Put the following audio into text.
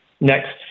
next